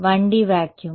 1D vacuum